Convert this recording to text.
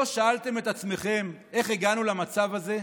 לא שאלתם את עצמכם איך הגענו למצב הזה?